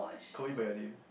call me by your name